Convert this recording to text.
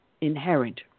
Inherent